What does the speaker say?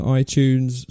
iTunes